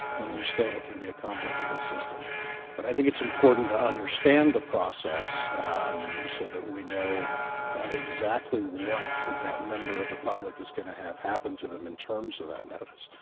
and i understand it can be a complicated system but i think it's important to understand the process so that we know exactly what that member of the public is going to have happen to them in terms of that notice.